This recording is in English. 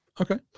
Okay